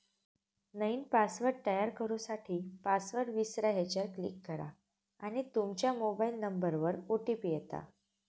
नईन पासवर्ड तयार करू साठी, पासवर्ड विसरा ह्येच्यावर क्लीक करा आणि तूमच्या मोबाइल नंबरवर ओ.टी.पी येता